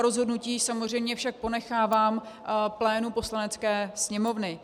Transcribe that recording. Rozhodnutí samozřejmě však ponechávám plénu Poslanecké sněmovny.